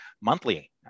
monthly